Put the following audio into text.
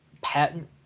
patent